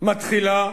מתחילה